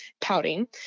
pouting